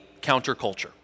counterculture